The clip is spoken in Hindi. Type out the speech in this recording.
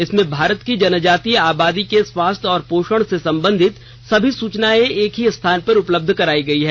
इसमें भारत की जनजातीय आबादी के स्वास्थ्य और पोषण से संबंधित समी सुचनाएं एक ही स्थान पर उपलब्ध करायी गयी है